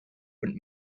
und